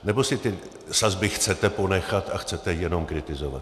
Nebo si ty sazby chcete ponechat a chcete jenom kritizovat?